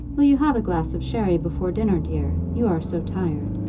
will you have a glass of sherry before dinner, dear you are so tired?